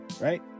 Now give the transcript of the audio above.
right